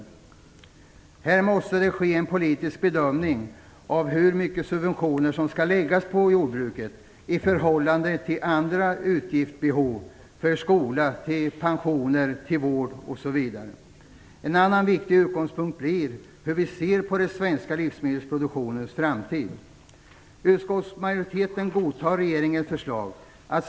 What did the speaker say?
Här måste det ske en politisk bedömning av hur mycket subventioner som skall läggas på jordbruket i förhållande till andra utgiftsbehov för skola, pensioner, vård osv. En annan viktig utgångspunkt blir hur vi ser på den svenska livsmedelsproduktionens framtid.